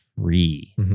free